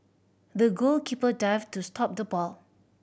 the goalkeeper dived to stop the ball